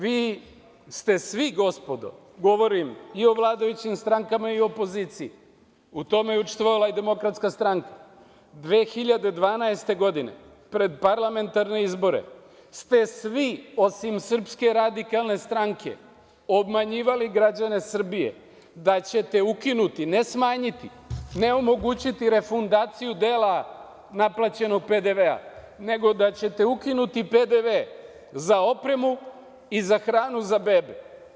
Vi ste svi gospodo, govorim i o vladajućim strankama i opoziciji, u tome je učestvovala i DS, 2012. godine pred parlamentarne izbore, ste svi, osim SRS obmanjivali građane Srbije da ćete ukinuti ne smanjiti, ne omogućiti refundaciju dela neplaćenog PDV-a nego da ćete ukinuti PDV za opremu i za hranu za bebe.